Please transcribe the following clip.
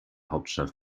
hauptstadt